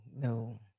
No